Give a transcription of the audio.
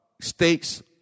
states